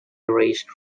raised